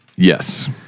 Yes